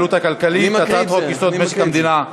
הצעת חוק ההתייעלות הכלכלית והצעת חוק-יסוד: משק המדינה.